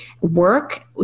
work